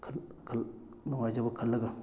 ꯅꯨꯡꯉꯥꯏꯖꯕ ꯈꯜꯂꯒ